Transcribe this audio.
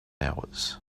hours